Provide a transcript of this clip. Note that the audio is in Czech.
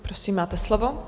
Prosím, máte slovo.